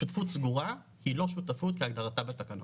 שותפות סגורה היא לא שותפות כהגדרתה בתקנות.